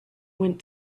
went